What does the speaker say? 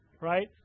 right